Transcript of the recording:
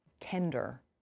tender